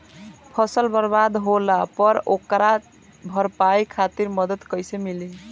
फसल बर्बाद होला पर ओकर भरपाई खातिर मदद कइसे मिली?